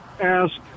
ask